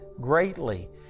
greatly